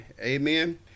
Amen